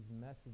message